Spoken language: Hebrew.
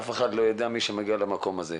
אף אחד לא יודע עד שהוא מגיע למקום הזה.